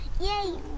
Yay